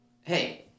Hey